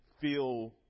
feel